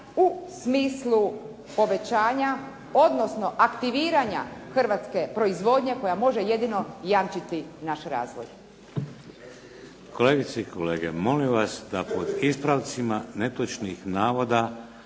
u smislu povećanja, odnosno aktiviranja hrvatske proizvodnje koja može jedino jamčiti naš razvoj. **Šeks, Vladimir (HDZ)** Kolegice i kolege, molim vas da pod ispravcima netočnih navoda